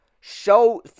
show